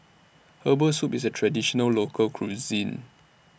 Herbal Soup IS A Traditional Local Cuisine